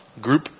group